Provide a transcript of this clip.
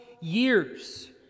years